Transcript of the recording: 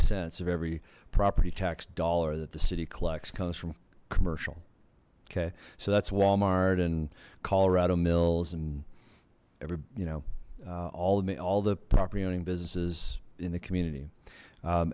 cents of every property tax dollar that the city collects comes from commercial okay so that's walmart and colorado mills and every you know all of me all the property owning businesses in the community